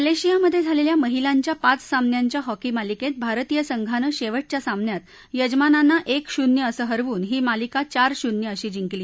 मलेशियामध्ये झालेल्या महिलांच्या पाच सामन्यांच्या हॉकी मालिकेत भारतीय संघानं शेवटच्या सामन्यात यजमानांना एक शून्य असं हरवून ही मालिका चार शून्य अशी जिंकली